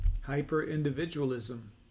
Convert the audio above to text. Hyper-individualism